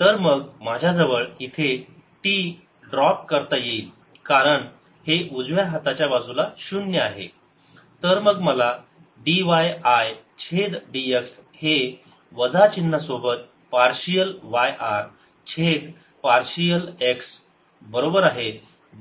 तर मग माझ्याजवळ इथे t ड्रॉप करता येईल कारण हे उजव्या हाताच्या बाजूला शून्य आहे तर मग मला dy I छेद dx हे वजा चिन्ह सोबत पार्शियल yr छेद पार्शियल x बरोबर आहे